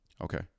Okay